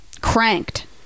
cranked